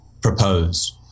proposed